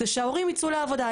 זה שההורים ייצאו לעבודה,